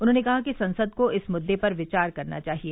उन्होंने कहा कि संसद को इस मुरे पर विचार करना चाहिए